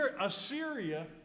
Assyria